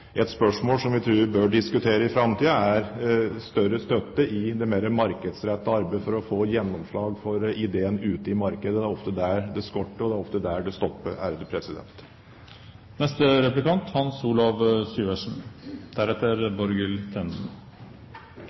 Et spørsmål som jeg tror vi bør diskutere i framtiden, er større støtte i det mer markedsrettede arbeidet for å få gjennomslag for ideen ute i markedet. Det er ofte det det skorter på, og det er ofte der det stopper.